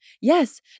Yes